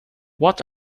what